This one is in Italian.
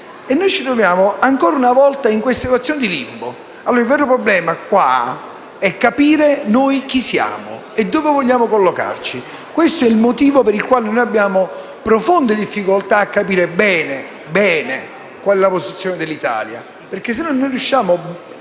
E noi ci troviamo ancora una volta in una posizione di limbo. Il vero problema è capire noi chi siamo e dove vogliamo collocarci: questo è il motivo per il quale abbiamo profonde difficoltà a capire bene qual è la posizione dell'Italia. Non riusciamo